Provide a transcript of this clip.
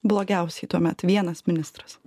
blogiausiai tuomet vienas ministras